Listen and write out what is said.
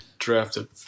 Drafted